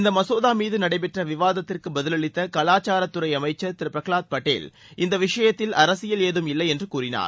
இந்த மசோதா மீது நடைபெற்ற விவாதத்திற்கு பதிலளித்த கலாச்சாரத்துறை அமைச்சர் திரு பிரகலாத் பட்டேல் இந்த விஷயத்தில் அரசியல் ஏதும் இல்லை என்று கூறினார்